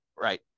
right